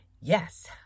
Yes